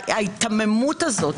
ההיתממות הזאת,